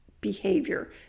behavior